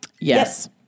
Yes